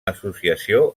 associació